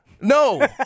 No